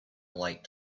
light